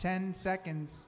ten seconds